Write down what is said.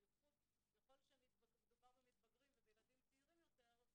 בייחוד ככל שמדובר במתבגרים ובילדים צעירים יותר,